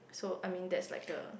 so I mean that is like a